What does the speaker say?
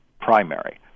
primary